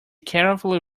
carefully